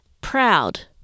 proud